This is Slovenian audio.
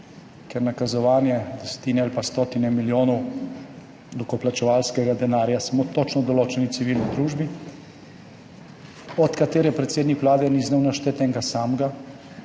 Ker nakazovanje desetine ali pa stotine milijonov davkoplačevalskega denarja samo točno določeni civilni družbi, od katere predsednik Vlade ni znal našteti enega samega